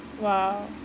Wow